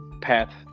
path